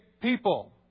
people